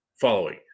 following